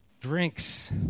drinks